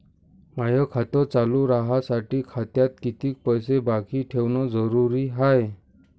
माय खातं चालू राहासाठी खात्यात कितीक पैसे बाकी ठेवणं जरुरीच हाय?